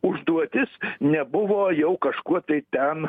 užduotis nebuvo jau kažkuo tai ten